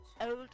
Old